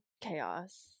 chaos